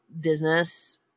business